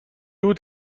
بود